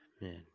Man